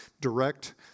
direct